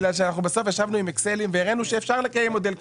בגלל שאנחנו בסוף ישבנו עם אקסלים והראינו שאפשר לקיים מודל כזה.